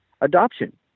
adoption